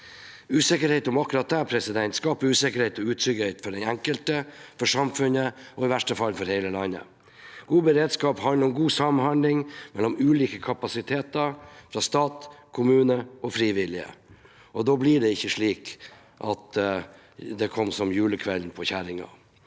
Usikkerhet om akkurat det skaper usikkerhet og utrygghet for den enkelte, for samfunnet og i verste fall for hele landet. God beredskap handler om god samhandling mellom ulike kapasiteter, fra stat, kommune og frivillige. Da blir det ikke slik at det kommer som julekvelden på kjerringa.